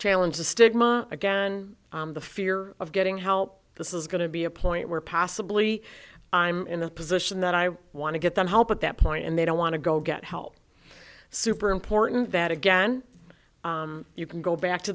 challenge the stigma again the fear of getting help this is going to be a point where possibly i'm in the position that i want to get the help at that point and they don't want to go get help super important that again you can go back to